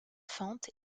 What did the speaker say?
fente